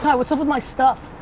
what's up with my stuff?